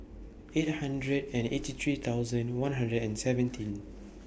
eight hundred and eighty three thousand one hundred and seventeen